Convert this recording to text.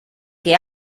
que